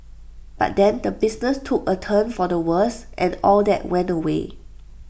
but then the business took A turn for the worse and all that went away